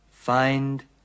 Find